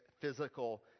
physical